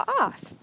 off